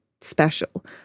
special